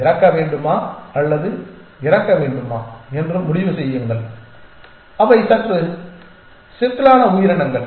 இறக்க வேண்டுமா அல்லது இறக்க வேண்டாமா என்று முடிவு செய்யுங்கள் அவை சற்று சிக்கலான உயிரினங்கள்